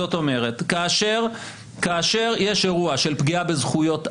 זאת אומרת, כאשר יש אירוע של פגיעה בזכויות אדם,